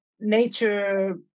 nature